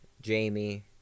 Jamie